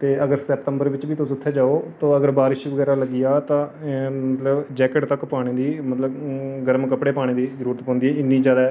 ते अगर सितंबर बिच बी तुस उत्थै जाओ ते अगर बारिश बगैरा लग्गी जा तां जैकट तक पाने दी मतलब गर्म कपड़े पाने दी जरूरत पौंदी ऐ इन्नी ज्यादा